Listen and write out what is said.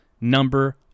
number